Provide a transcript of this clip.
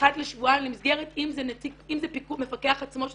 אחת לשבועיים למסגרת אם זה מפקח עצמו של